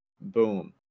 Boom